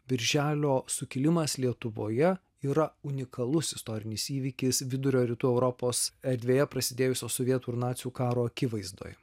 birželio sukilimas lietuvoje yra unikalus istorinis įvykis vidurio rytų europos erdvėje prasidėjusio sovietų ir nacių karo akivaizdoje